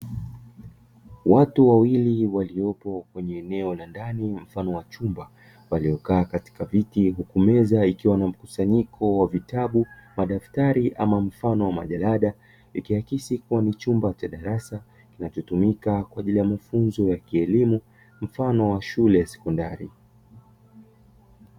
Watu wawili waliopo kwenye eneo la ndani mfano wa chumba waliokaa katika viti, huku meza ikiwa na mkusanyiko wa vitabu, madaftari ama mfano wa majarada; ikiakisi kuwa ni chumba cha darasa kinachotumika kwa ajili ya mafunzo ya kielimu mfano wa shule ya sekondari.